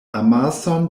amason